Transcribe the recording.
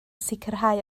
sicrhau